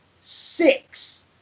six